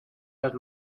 las